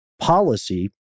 policy